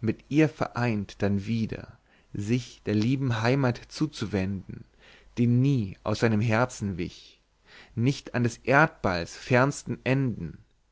mit ihr vereint dann wieder sich der lieben heimat zuzuwenden die nie aus seinem herzen wich nicht an des erdballs fernsten enden